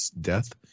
death